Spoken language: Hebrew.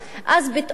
אז פתאום,